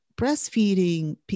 breastfeeding